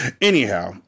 Anyhow